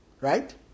Right